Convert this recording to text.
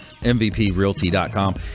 mvprealty.com